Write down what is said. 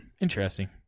Interesting